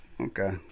Okay